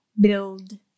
build